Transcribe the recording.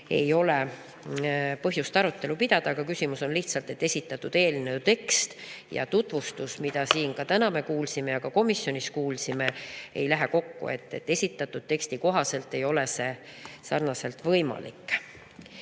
ei ole põhjust arutelu pidada. Küsimus on lihtsalt selles, et esitatud eelnõu tekst ja tutvustus, mida me täna siin saalis ja ka komisjonis kuulsime, ei lähe kokku. Esitatud teksti kohaselt ei ole see sarnaselt võimalik.